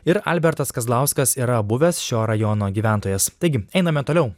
ir albertas kazlauskas yra buvęs šio rajono gyventojas taigi einame toliau